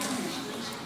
פעם ראשונה.